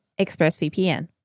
ExpressVPN